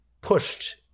pushed